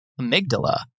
amygdala